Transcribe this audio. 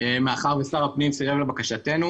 מאחר ושר הפנים סירב לבקשתנו,